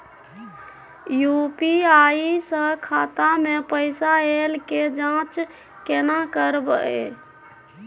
UPI स खाता मे पैसा ऐल के जाँच केने करबै?